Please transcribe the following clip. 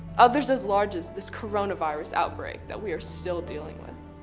others as large as this coronavirus outbreak that we are still dealing with.